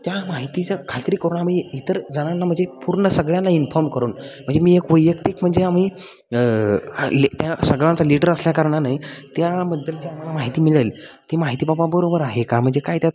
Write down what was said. त्या माहितीच्या खात्री करून आम्ही इतर जणांना म्हणजे पूर्ण सगळ्यांना इन्फॉर्म करून म्हणजे मी एक वैयक्तिक म्हणजे आम्ही त्या सगळ्यांचा लीडर असल्याकारणाने त्याबद्दल जे आम्हाला माहिती मिळेल ती माहिती बाबा बरोबर आहे का म्हणजे काय त्यात